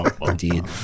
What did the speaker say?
Indeed